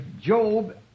Job